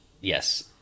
Yes